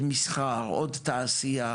עוד מסחר, עוד תעשייה,